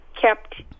kept